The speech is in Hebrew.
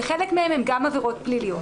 וחלק מהן הן גם עבירות פליליות.